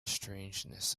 strangeness